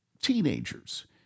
Teenagers